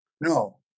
no